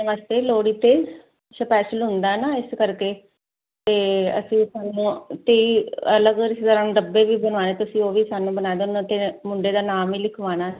ਆਹ ਵਾਸਤੇ ਲੋਹੜੀ ਤੇ ਸਪੈਸ਼ਲ ਹੁੰਦਾ ਨਾ ਇਸ ਕਰਕੇ ਤੇ ਅਸੀਂ ਸਾਨੂੰ ਤੇਈ ਅਲੱਗ ਅਲੱਗ ਤਰਾਂ ਡੱਬੇ ਵੀ ਬਣਾਏ ਤੁਸੀਂ ਉਹ ਵੀ ਸਾਨੂੰ ਬਣਾਇਆ ਅਤੇ ਮੁੰਡੇ ਦਾ ਨਾਮ ਵੀ ਲਿਖਵਾਣਾ